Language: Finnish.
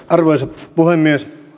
arvoisa puhemies